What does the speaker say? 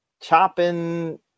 chopping